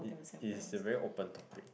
it is a very open topic